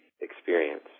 experience